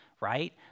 right